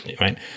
right